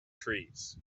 trees